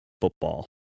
football